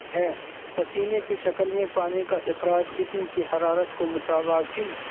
ہے پسینے کی شکل میں پانی کا اخراج جسم کی حرارت کو متوازن